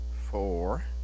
four